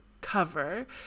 cover